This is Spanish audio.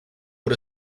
por